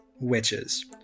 witches